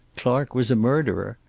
clark was a murderer.